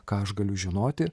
ką aš galiu žinoti